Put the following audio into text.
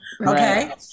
Okay